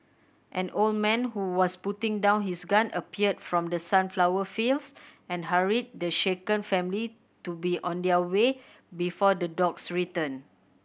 an old man who was putting down his gun appeared from the sunflower fields and hurried the shaken family to be on their way before the dogs return